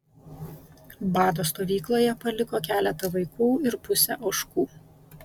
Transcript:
bado stovykloje paliko keletą vaikų ir pusę ožkų